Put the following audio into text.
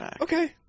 okay